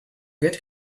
get